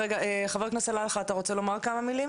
חבר הכנסת סלאלחה אתה רוצה לומר כמה מילים?